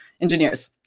engineers